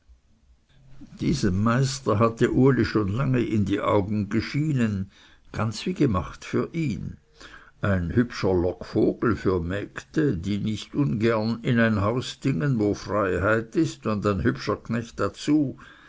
diesem meister hatte uli schon lange in die augen geschienen ganz wie gemacht für ihn ein hübscher lockvogel für mägde die nicht ungern in ein haus dingen wo freiheit ist und ein hübscher knecht dazu